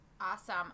Awesome